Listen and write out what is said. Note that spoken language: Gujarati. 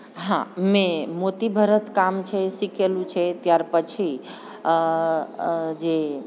હા મેં મોતીભરત કામ છે શીખેલું છે ત્યાર પછી જે